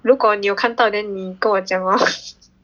如果你看到 then 你跟我讲 lor